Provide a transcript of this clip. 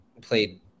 played